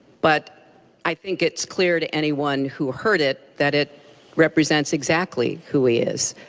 but i think it's clear to anyone who heard it, that it represents exactly who he is.